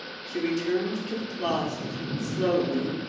she returned to the closet and slowly,